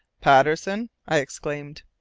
patterson? i exclaimed.